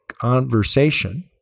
conversation